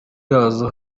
yazo